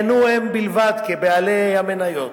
ייהנו הם בלבד כבעלי המניות.